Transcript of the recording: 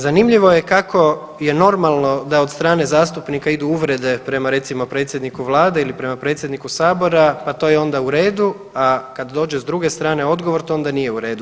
Zanimljivo je kako je normalno da od strane zastupnika idu uvrede prema recimo predsjedniku Vlade ili prema predsjedniku Sabora pa to je onda u redu a kad dođe s druge strane odgovor to onda nije u redu.